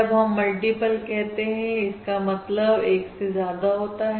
जब हम मल्टीपल कहते हैं इसका मतलब एक से ज्यादा होता है